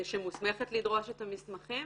שמוסמכת לדרוש את המסמכים.